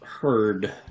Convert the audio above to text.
heard